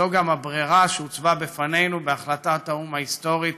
זו גם הברירה שהוצבה בפנינו בהחלטת האו"ם ההיסטורית,